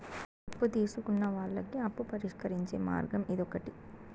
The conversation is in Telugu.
అప్పు తీసుకున్న వాళ్ళకి అప్పు పరిష్కరించే మార్గం ఇదొకటి